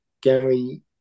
gary